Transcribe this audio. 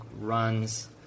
runs